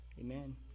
Amen